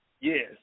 Yes